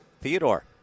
Theodore